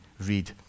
read